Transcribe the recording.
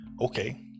okay